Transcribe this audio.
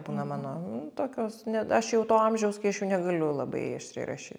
būna mano nu tokios ne aš jau to amžiaus kai aš jau negaliu labai aštriai rašyt